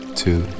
two